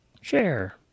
Share